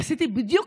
עשיתי בדיוק,